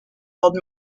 old